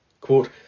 Quote